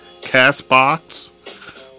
CastBox